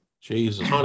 Jesus